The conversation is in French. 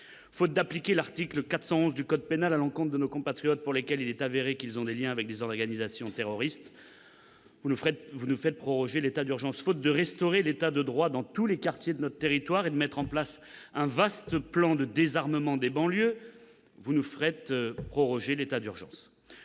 Faute d'appliquer l'article 411 du code pénal à l'encontre de nos compatriotes dont il est avéré qu'ils ont des liens avec des organisations terroristes, vous nous faites proroger l'état d'urgence. Faute de restaurer l'État de droit dans tous les quartiers de notre territoire et de mettre en place un vaste plan de désarmement des banlieues, vous nous faites proroger l'état d'urgence.